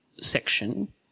section